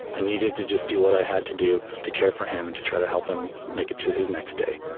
i needed to just do what i had to do to care for him and to try to help him make it to his next day